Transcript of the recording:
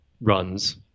runs